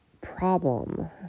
problem